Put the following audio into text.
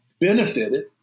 benefited